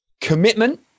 commitment